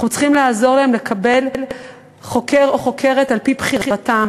אנחנו צריכים לעזור להם לקבל חוקר או חוקרת על-פי בחירתם.